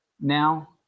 now